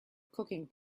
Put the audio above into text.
cooking